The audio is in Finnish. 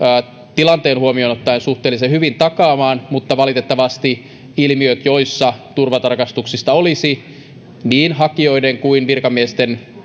tilanteen huomioon ottaen suhteellisen hyvin takaamaan mutta valitettavasti ilmiöt joissa turvatarkastuksista olisi niin hakijoiden kuin virkamiesten